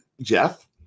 Jeff